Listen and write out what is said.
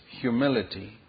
humility